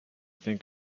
think